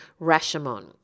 Rashomon